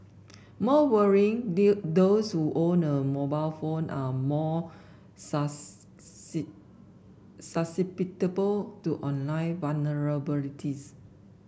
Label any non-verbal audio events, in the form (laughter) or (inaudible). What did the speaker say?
more worrying (unintelligible) those who own a mobile phone are more (unintelligible) susceptible to online vulnerabilities